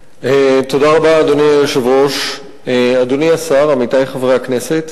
אדוני היושב-ראש, אדוני השר, עמיתי חברי הכנסת,